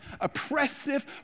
oppressive